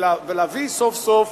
ולהביא סוף-סוף,